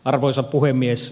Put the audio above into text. arvoisa puhemies